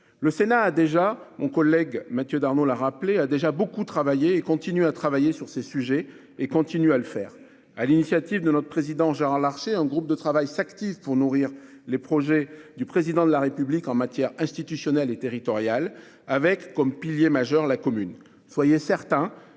évidentes. Mon collègue Mathieu Darnaud l'a rappelé, le Sénat a déjà beaucoup travaillé sur ces sujets, et il continue de le faire. Sur l'initiative de notre président Gérard Larcher, un groupe de travail s'active pour nourrir les projets du Président de la République en matière institutionnelle et territoriale, avec, comme pilier majeur, la commune. Soyez certains